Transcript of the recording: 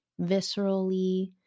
viscerally